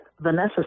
Vanessa